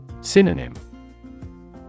Synonym